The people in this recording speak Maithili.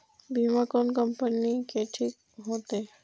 बीमा कोन कम्पनी के ठीक होते?